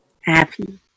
Happy